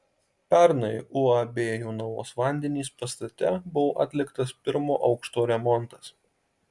pernai uab jonavos vandenys pastate buvo atliktas pirmo aukšto remontas